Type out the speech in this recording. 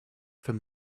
from